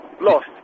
Lost